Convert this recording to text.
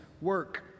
work